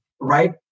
right